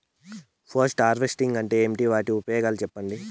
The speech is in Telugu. పోస్ట్ హార్వెస్టింగ్ అంటే ఏమి? వాటి ఉపయోగాలు చెప్పండి?